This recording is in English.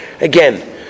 Again